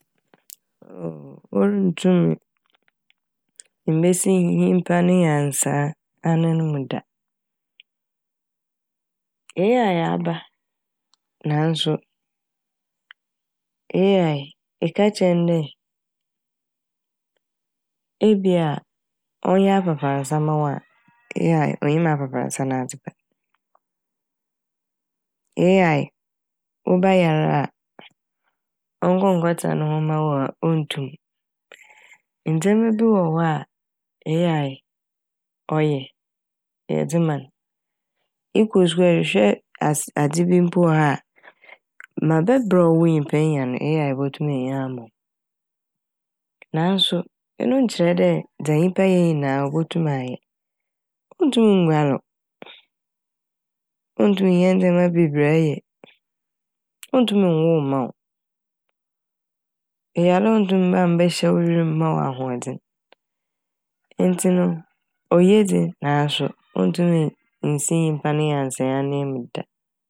Orunntum mmbesi nyimpa ne nyansaa ananmu da. "AI" aba naaso "AI" eka kyerɛ n' dɛ ebi a ɔnnyɛ aprapransa mma wo a "AI" onnyim aprapransa nadze ban. "AI" wo ba yar a ɔnkɔ nkɛtsena no ho mma wo a onntum. Ndzɛma bi wɔ hɔ a "AI" ɔyɛ yɛdze ma n'. Ekɔ skuul ehwehwɛ ase- adze bi mpo wɔ hɔ a ma bɛbrɛ a wo nyimpa nnya n' "AI" botum enya ama wo. Naaso eno nnkyerɛ dɛ dza nyimpa yɛ nyinaa obotum ayɛ. Onntum nnguar wo, onntum nnyɛ ndzɛma bebree ɛyɛ, onntum nwo mma wo. Eyar a onntum mmba mmbɛhyɛ wo wer mu mma wo ahoɔdzen ntsi no oye dze naaso onntum nnsi nyimpa ne nyansae ananmu da.